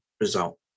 result